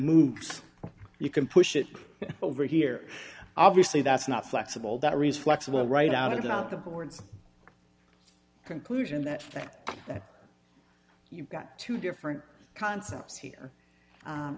moves you can push it over here obviously that's not flexible that reads flexible right out and out the board's conclusion that that you've got two different concepts here